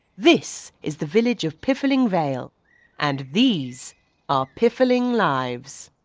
this is the village of piffling vale and these are piffling lives.